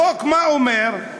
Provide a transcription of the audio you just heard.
החוק, מה אומר?